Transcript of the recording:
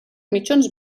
mitjons